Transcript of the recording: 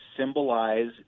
symbolize